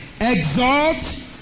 exalt